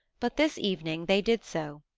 but this evening they did so,